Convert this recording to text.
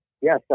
Yes